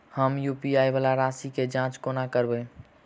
हम यु.पी.आई वला राशि केँ जाँच कोना करबै?